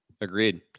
Agreed